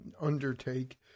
undertake